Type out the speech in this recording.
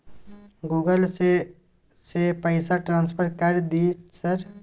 Google से से पैसा ट्रांसफर कर दिय सर?